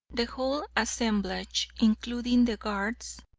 the whole assemblage, including the guards,